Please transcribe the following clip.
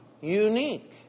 unique